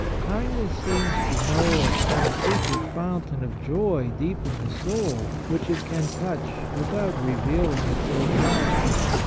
kindness seems to know of some secret fountain of joy deep in the soul which it can touch without revealing its locality,